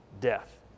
death